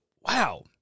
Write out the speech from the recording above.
wow